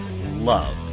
love